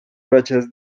rachas